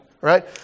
right